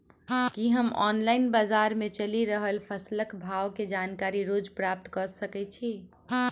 की हम ऑनलाइन, बजार मे चलि रहल फसलक भाव केँ जानकारी रोज प्राप्त कऽ सकैत छी?